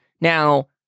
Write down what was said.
Now